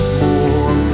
more